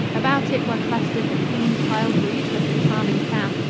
about it were clustered the clean, tiled roofs of the charming town,